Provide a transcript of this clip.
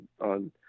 on